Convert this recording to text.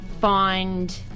find